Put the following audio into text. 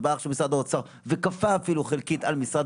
ובא עכשיו משרד האוצר ואפילו כפה חלקית על משרד